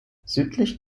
südlich